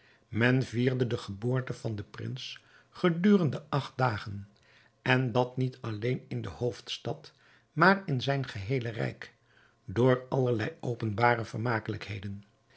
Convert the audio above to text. men vierde de geboorte van den prins gedurende acht dagen en dat niet alleen in de hoofdstad maar in zijn geheele rijk door allerlei openbare vermakelijkheden